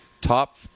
top